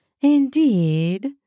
Indeed